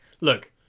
look